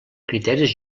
criteris